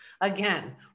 again